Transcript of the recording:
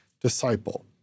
disciple